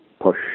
push